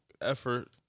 effort